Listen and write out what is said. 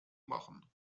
machen